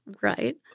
Right